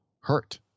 hurt